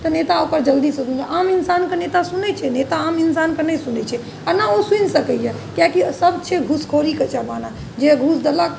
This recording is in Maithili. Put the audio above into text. तऽ नेता ओकर जल्दीसँ आम इन्सानके नेता सुनै छै नेता आम इन्सानके नहि सुनै छै नहि ओ सुनि सकैए कियाकि सब छै घूसखोरीके जमाना जे घूस देलक